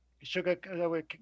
sugar